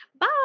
Bye